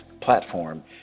platform